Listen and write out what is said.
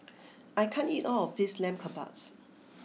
I can't eat all of this Lamb Kebabs